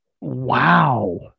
Wow